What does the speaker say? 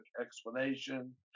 explanation